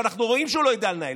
ואנחנו רואים שהוא לא יודע לנהל.